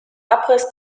abriss